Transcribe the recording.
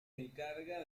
encarga